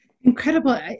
Incredible